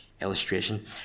illustration